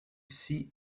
see